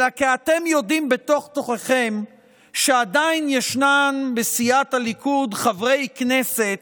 אלא כי אתם יודעים בתוך-תוככם שעדיין ישנם בסיעת הליכוד חברי כנסת